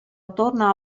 attorno